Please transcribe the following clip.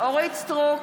אורית מלכה סטרוק,